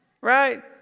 Right